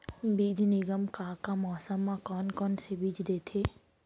बीज निगम का का मौसम मा, कौन कौन से बीज देथे?